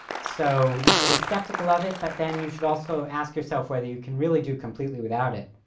so, you should be skeptical of it, but then you should also ask yourself whether you can really do completely without it.